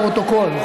לפרוטוקול.